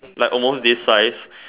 like almost this size